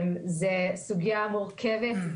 זו סוגיה מורכבת,